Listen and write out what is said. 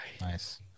Nice